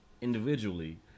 Individually